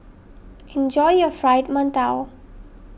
enjoy your Fried Mantou